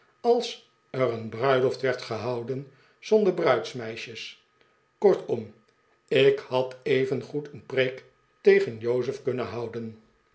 als er een bruiloft werd gehouden zonder bruidsmeisjes kortom ik had evengoed een preek tegen jozef kunnen houden